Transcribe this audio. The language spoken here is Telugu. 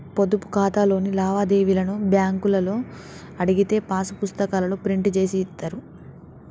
పొదుపు ఖాతాలోని లావాదేవీలను బ్యేంకులో అడిగితే పాసు పుస్తకాల్లో ప్రింట్ జేసి ఇత్తారు